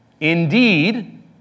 Indeed